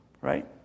right